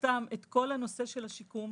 תחתן את כל הנושא של השיקום,